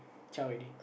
already